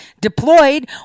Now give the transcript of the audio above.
deployed